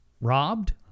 robbed